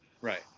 Right